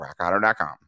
rockauto.com